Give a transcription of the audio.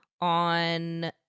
on